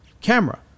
camera